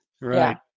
Right